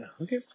Okay